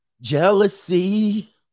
Jealousy